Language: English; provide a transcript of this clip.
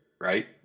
right